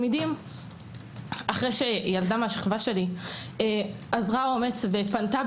אחרי שילדה מהשכבה שלי אזרה אומץ ופנתה